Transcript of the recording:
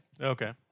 Okay